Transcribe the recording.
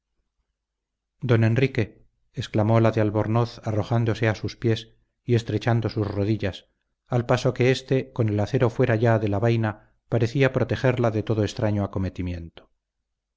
don enrique exclamó la de albornoz arrojándose a sus pies y estrechando sus rodillas al paso que éste con el acero fuera ya de la vaina parecía protegerla de todo extraño acometimiento